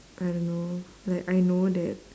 I don't know like I know that